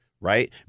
Right